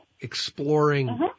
exploring